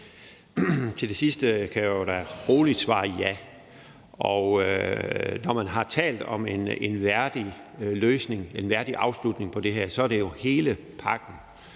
Til det sidste kan jeg da roligt svare ja. Og når man har talt om en værdig løsning, en værdig afslutning på det her, så gælder det jo hele pakken,